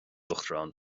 uachtaráin